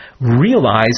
realize